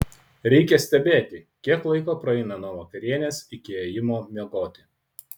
reikia stebėti kiek laiko praeina nuo vakarienės iki ėjimo miegoti